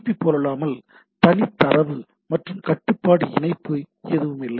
B போலல்லாமல் தனி தரவு மற்றும் கட்டுப்பாட்டு இணைப்பு எதுவும் இல்லை